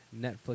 Netflix